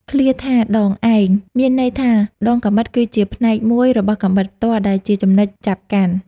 ឃ្លាថា «ដងឯង» មានន័យថាដងកាំបិតគឺជាផ្នែកមួយរបស់កាំបិតផ្ទាល់ ដែលជាចំណុចចាប់កាន់។